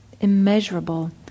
immeasurable